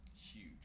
Huge